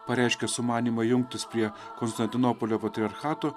pareiškę sumanymą jungtųsi prie konstantinopolio patriarchato